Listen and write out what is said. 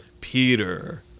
Peter